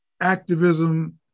activism